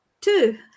two